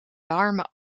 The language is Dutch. warme